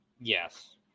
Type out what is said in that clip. Yes